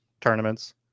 tournaments